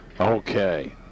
Okay